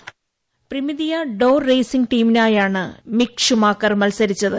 voice Prema Theodore racing ടീമിനായിട്ടാണ് Mick Schumacher മത്സരിച്ചത്